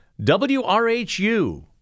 WRHU